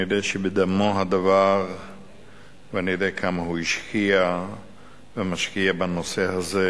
אני יודע שבדמו הדבר ואני יודע כמה הוא השקיע ומשקיע בנושא הזה,